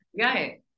Right